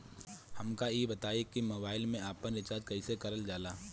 हमका ई बताई कि मोबाईल में आपन रिचार्ज कईसे करल जाला?